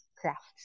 Crafts